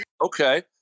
okay